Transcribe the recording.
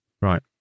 Right